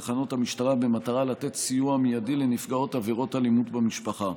תחנות המשטרה במטרה לתת סיוע מיידי לנפגעות עבירות אלימות במשפחה.